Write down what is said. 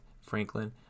Franklin